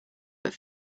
but